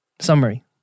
Summary